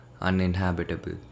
uninhabitable